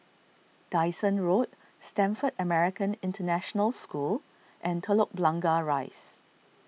Dyson Road Stamford American International School and Telok Blangah Rise